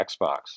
xbox